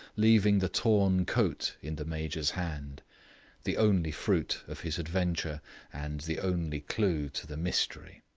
leaving the torn coat in the major's hand the only fruit of his adventure and the only clue to the mystery.